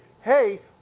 hey